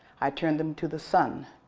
i turn them to the sun.